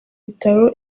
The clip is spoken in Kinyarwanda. bitaro